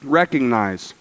recognize